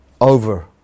over